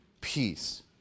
peace